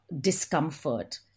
discomfort